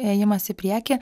ėjimas į priekį